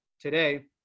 today